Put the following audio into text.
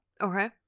Okay